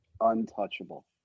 untouchable